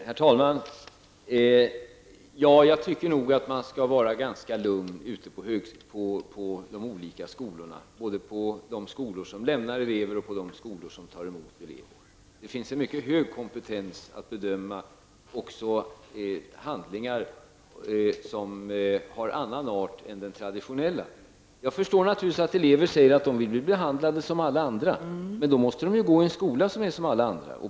Herr talman! Man kan nog vara ganska lugn ute på de olika skolorna, både på de skolor som släpper ut elever och på de skolor som tar emot elever. Det finns en mycket hög kompetens att bedöma också underlag av annan art än de traditionella. Jag förstår naturligtvis att dessa elever vill bli behandlade som alla andra, men då måste de gå i en skola som är som alla andra.